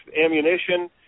ammunition